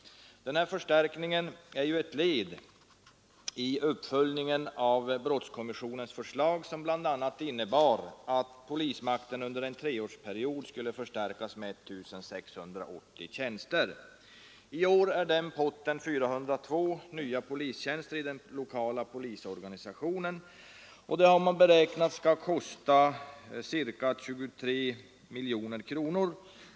Den här förstärkningen är ett led i uppföljningen av brottskommissionens förslag, som bl.a. innebar att polismakten under en treårsperiod skulle förstärkas med 1 680 tjänster. I år är den posten 402 nya polistjänster i den lokala polisorganisationen. Man har beräknat att det skall kosta ca 23 miljoner kronor.